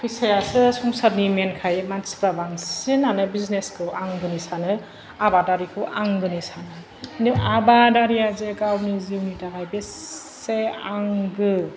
फैसायासो संसारनि मेन खाय मानसिफ्रा बांसिनानो बिजिनेसखौ आंगोनि सानो आबादारिखौ आंगोनि साना नों आबादारिया जे गावनि जिउनि थाखाय बेसे आंगो